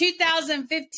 2015